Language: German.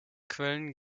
quellen